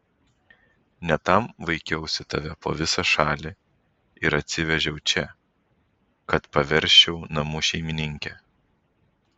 ne tam vaikiausi tave po visą šalį ir atsivežiau čia kad paversčiau namų šeimininke